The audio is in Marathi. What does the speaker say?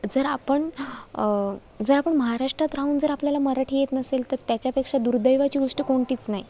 जर आपण जर आपण महाराष्ट्रात राहून जर आपल्याला मराठी येत नसेल तर त्याच्यापेक्षा दुर्दैवाची गोष्ट कोणतीचं नाही